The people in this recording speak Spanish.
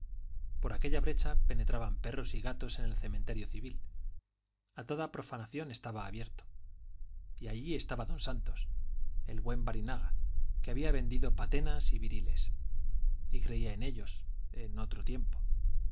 por aquella brecha penetraban perros y gatos en el cementerio civil a toda profanación estaba abierto y allí estaba don santos el buen barinaga que había vendido patenas y viriles y creía en ellos en otro tiempo